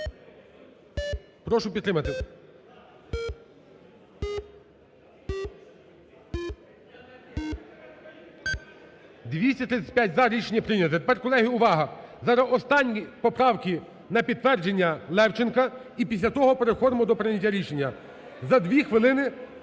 Прошу підтримати. 17:29:12 За-235 235 – за. Рішення прийняте. Тепер, колеги, увага! Зараз останні поправки на підтвердження Левченка і після того переходимо до прийняття рішення. За дві хвилини…